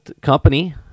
Company